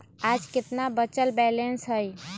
आज केतना बचल बैलेंस हई?